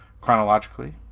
chronologically